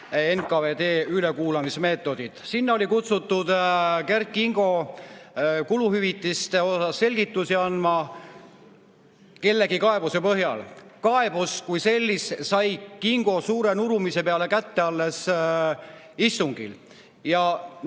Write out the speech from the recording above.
NKVD ülekuulamismeetodid. Sinna oli kutsutud Kert Kingo kuluhüvitiste kohta selgitusi andma, kellegi kaebuse põhjal. Kaebuse kui sellise sai Kingo suure nurumise peale kätte alles istungil. Nõuti,